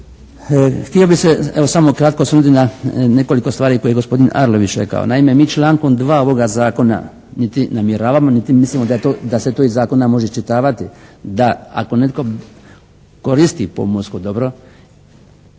Htio bi se, evo samo kratko, osvrnuti na nekoliko stvari koje je gospodin Arlović rekao. Naime, mi člankom 2. ovoga zakona niti namjeravamo niti mislimo da se to iz Zakona može očitavati da ako netko koristi pomorsko dobro